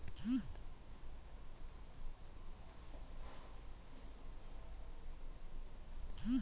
credit risk ನಿಂದ company ತನ್ನ ಉದ್ಯೋಗಿಗಳಿಗೆ ಸಂಬಳವನ್ನು ಕೊಡಲು ಕಷ್ಟವಾಗಬಹುದು